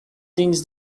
things